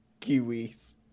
Kiwis